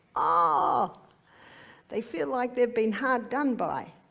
ah they feel like they're being hard done by,